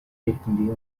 эркиндигин